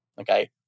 okay